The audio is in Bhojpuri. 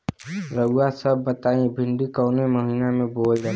रउआ सभ बताई भिंडी कवने महीना में बोवल जाला?